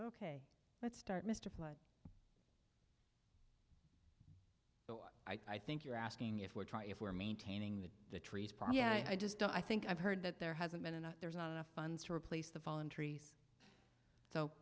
ok let's start mr flood but i think you're asking if we're trying if we're maintaining the trees probably yeah i just don't i think i've heard that there hasn't been and there's not enough funds to replace the fallen trees so